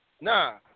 Nah